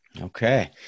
Okay